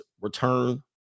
return